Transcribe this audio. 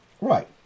Right